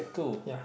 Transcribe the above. ya